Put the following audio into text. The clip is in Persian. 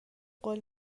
قول